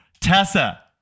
Tessa